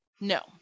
No